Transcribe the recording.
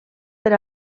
per